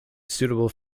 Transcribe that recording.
suitable